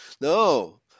No